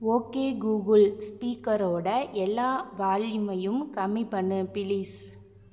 okay Google ஸ்பீக்கரோட எல்லா வால்யூமையும் கம்மி பண்ணு பிளீஸ்